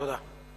תודה.